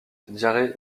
diarrhée